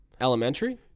Elementary